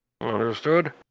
Understood